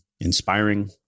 inspiring